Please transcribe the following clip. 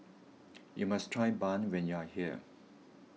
you must try Bun when you are here